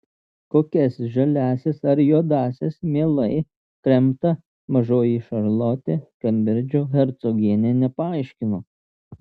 kokias žaliąsias ar juodąsias mielai kremta mažoji šarlotė kembridžo hercogienė nepaaiškino